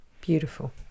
beautiful